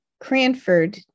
cranford